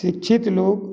शिक्षित लोग